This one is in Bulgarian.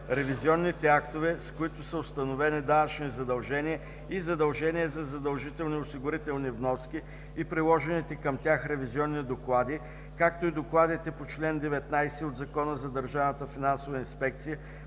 „ревизионните актове, с които са установени данъчни задължения и задължения за задължителни осигурителни вноски и приложените към тях ревизионни доклади, както и докладите по чл. 19 от Закона за държавната финансова инспекция